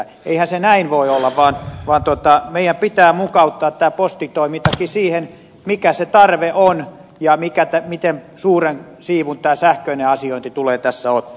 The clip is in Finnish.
eihän se näin voi olla vaan meidän pitää mukauttaa tämä postitoimintakin siihen mikä se tarve on ja miten suuren siivun tämä sähköinen asiointi tulee tässä ottamaan